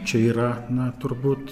čia yra na turbūt